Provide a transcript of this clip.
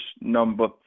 number